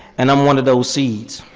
and i'm one of those seeds.